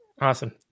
Awesome